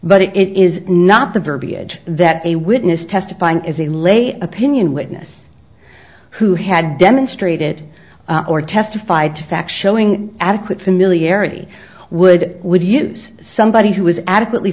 but it is not the verbiage that a witness testifying as a lay opinion witness who had demonstrated or testified to fact showing adequate familiarity would would use somebody who was adequately